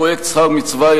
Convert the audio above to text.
פרויקט "שכר מצווה",